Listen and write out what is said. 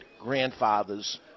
grandfather's